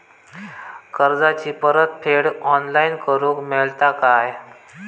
कर्जाची परत फेड ऑनलाइन करूक मेलता काय?